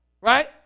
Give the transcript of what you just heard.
Right